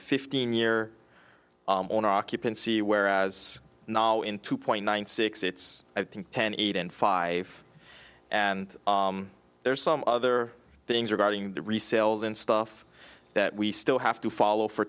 fifteen year on occupancy whereas now in two point nine six it's i think ten eight and five and there's some other things regarding the resales and stuff that we still have to follow for